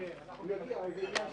ננעלה